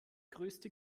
größte